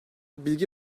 bilgi